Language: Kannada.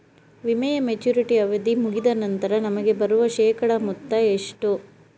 ವಿಮೆಯ ಮೆಚುರಿಟಿ ಅವಧಿ ಮುಗಿದ ನಂತರ ನಮಗೆ ಬರುವ ಶೇಕಡಾ ಮೊತ್ತ ಎಷ್ಟು?